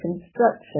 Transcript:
construction